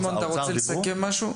שמעון, אתה רוצה לסכם משהו?